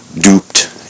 duped